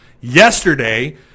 yesterday